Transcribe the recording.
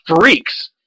freaks